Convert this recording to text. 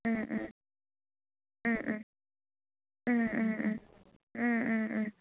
ꯎꯝꯎꯝ ꯎꯝꯎꯝ ꯎꯝꯎꯝꯎꯝ ꯎꯝꯎꯝꯎꯝ